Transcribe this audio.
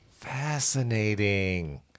Fascinating